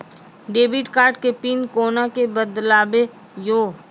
Debit card के PIN कोना के बदलबै यो?